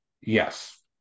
yes